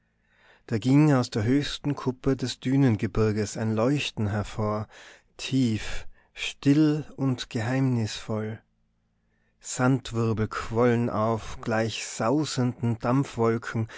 da ging aus der höchsten kuppe des dünengebirges ein leuchten hervor tief still und geheimnisvoll sandwirbel quollen auf gleich sausenden